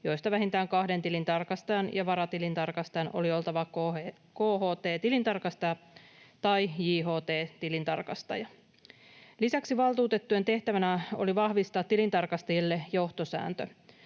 joista vähintään kahden tilintarkastajan ja varatilintarkastajan oli oltava KHT-tilintarkastaja tai JHT-tilintarkastaja. Lisäksi valtuutettujen tehtävänä oli vahvistaa tilintarkastajille johtosääntö.